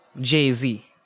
Jay-Z